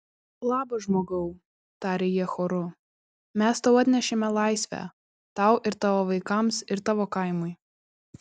labas žmogau tarė jie choru mes tau atnešėme laisvę tau ir tavo vaikams ir tavo kaimui